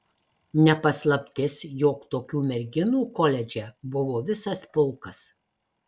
ne paslaptis jog tokių merginų koledže buvo visas pulkas